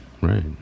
right